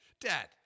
Dad